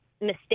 mistake